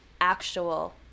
actual